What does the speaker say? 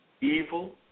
evil